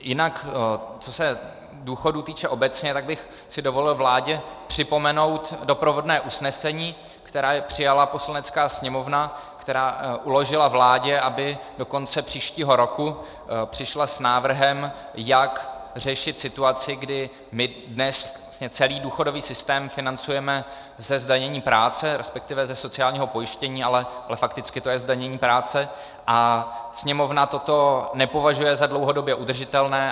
Jinak co se důchodů týče obecně, tak bych si dovolil vládě připomenout doprovodné usnesení, které přijala Poslanecká sněmovna, která uložila vládě, aby do konce příštího roku přišla s návrhem, jak řešit situaci, kdy my dnes celý důchodový systém financujeme ze zdanění práce, respektive ze sociálního pojištění, ale fakticky to je zdanění práce, a Sněmovna toto nepovažuje za dlouhodobě udržitelné.